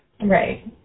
right